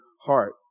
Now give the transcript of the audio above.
heart